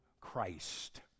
Christ